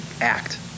act